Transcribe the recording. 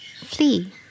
Flee